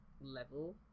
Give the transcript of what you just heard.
level